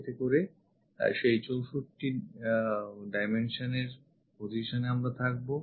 এতে করে সেই 64 dimensions এর position এ আমরা থাকবো